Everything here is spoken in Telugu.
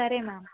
సరే మామ్